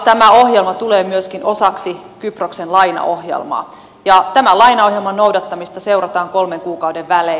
tämä ohjelma tulee myöskin osaksi kyproksen lainaohjelmaa ja tämän lainaohjelman noudattamista seurataan kolmen kuukauden välein